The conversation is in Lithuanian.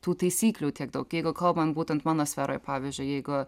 tų taisyklių tiek daug jeigu kalbant būtent mano sferoj pavyzdžiui jeigu